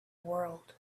world